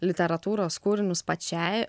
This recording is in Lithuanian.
literatūros kūrinius pačiai